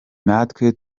natwe